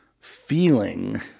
feeling